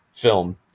film